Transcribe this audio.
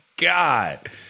God